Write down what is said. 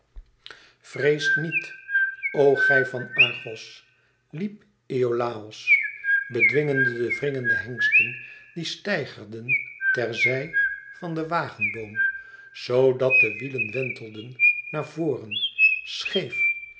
vreest niet o gij van argos riep iolàos bedwingende de wringende hengsten die steigerden ter zij van den wagenboom zoo dat de wielen wentelden naar voren scheef